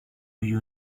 you